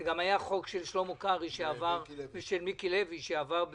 זה גם היה הצעת חוק של שלמה קרעי ושל מיקי לוי שעברה